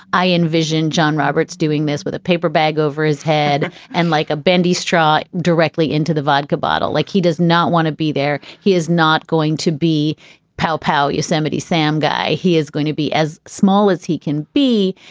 i envision john roberts doing this with a paper bag over his head and like a bendy straw directly into the vodka bottle, like he does not want to be there. he is not going to be palpable. yosemite sam guy, he is going to be as small as he can be.